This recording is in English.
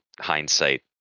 hindsight